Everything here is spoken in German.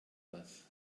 was